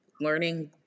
Learning